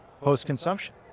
post-consumption